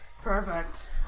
Perfect